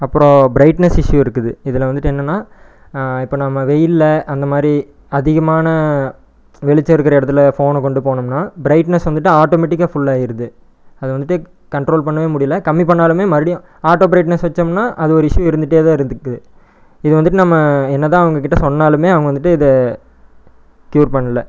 அப்புறம் brightness issue இருக்குது இதில் வந்துவிட்டு என்னென்னா இப்போ நம்ம வெயிலில் அந்த மாரி அதிகமான வெளிச்சம் இருக்கிற இடத்துல ஃபோனை கொண்டு போனோம்னா ப்ரைட்னஸ் வந்துவிட்டு ஆட்டோமேட்டிக்காக ஃபுல்லாயிருது அது வந்துவிட்டு கண்ட்ரோல் பண்ணவே முடியலை கம்மி பண்ணாலுமே மறுபடியும் ஆட்டோ ப்ரைட்னஸ் வச்சோம்னா அது ஒரு இஷ்யூ இருந்துகிட்டே தான் இருக்கு இது வந்துவிட்டு நம்ம என்ன தான் அவங்ககிட்ட சொன்னாலுமே அவங்க வந்துவிட்டு இதை க்யூர் பண்ணலை